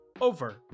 over